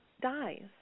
dies